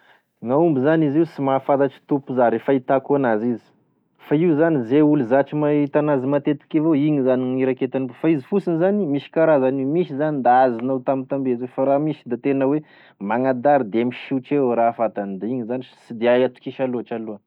Gn'aomby zany izy io sy mahafantatry tompo za re fahitako an'azy izy, fa io zany zay olo zatry mahita an'azy matetiky avao igny zany gne iraiketany fa izy fotsiny zany misy karazany io: misy zany da azonao tambitambezy fa raha misy da tena hoe magnadary de misiotry evao raha fantany de igny zany s- sy de hay atokisa loatra aloha.